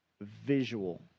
visual